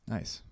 nice